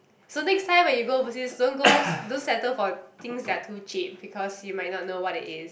so next time when you go overseas don't go don't settle for things that are too cheap because you might not know what it is